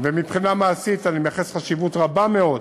ומבחינה מעשית אני מייחס חשיבות רבה מאוד